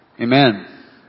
Amen